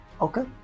okay